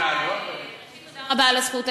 ראשית, תודה רבה על הזכות.